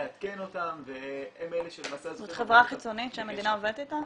לעדכן אותם והם אלה שלמעשה --- זו חברה חיצונית שהמדינה עובדת איתם?